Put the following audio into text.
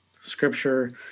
scripture